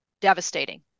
devastating